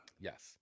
Yes